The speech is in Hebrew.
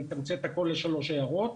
אני אתמצת הכל לשלוש הערות.